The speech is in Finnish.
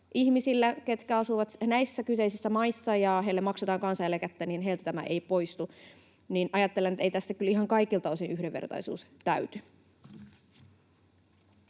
ihmisiltä, jotka asuvat näissä kyseisissä maissa ja joille maksetaan kansaneläkettä, tämä ei poistu, ja ajattelen, että ei tässä kyllä ihan kaikilta osin yhdenvertaisuus täyty.